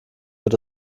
wird